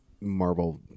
marble